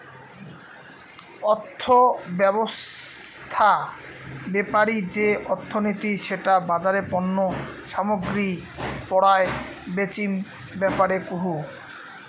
অর্থব্যবছস্থা বেপারি যে অর্থনীতি সেটা বাজারে পণ্য সামগ্রী পরায় বেচিম ব্যাপারে কুহ